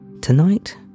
Tonight